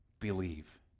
believe